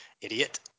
Idiot